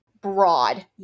broad